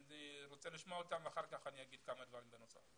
אני רוצה לשמוע אותם ואחר כך אני אומר כמה דברים נוספים.